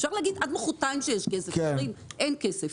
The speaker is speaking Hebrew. אפשר להגיד עד מוחרתיים שיש כסף, אבל אין כסף.